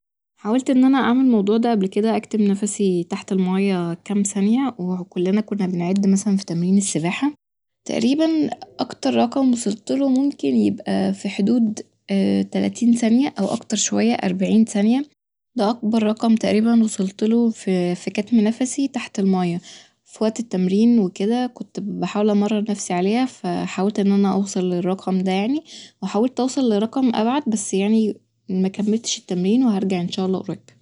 حاولت إن أنا أعمل الموضوع ده قبل كده أكتم نفسي تحت المية كام ثانية و كلنا كنا بنعد مثلا ف تمرين السباحة ، تقريبا أكتر رقم وصلتله ممكن يبقى ف حدود تلاتين ثانية أو أكتر شوية أربعين ثانية ده أكبر رقم تقريبا وصلتله ف ف كتم نفسي تحت المية ف وقت التمرين وكده كت بحاول أمرن نفسي عليها ف حاولت إن أنا أوصل للرقم ده يعني وحاولت أوصل لرقم أبعد بس يعني مكملتش التمرين وهرجع ان شاء الله قريب